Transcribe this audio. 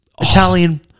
Italian